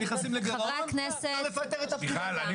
מיכל,